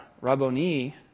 Rabboni